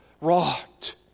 wrought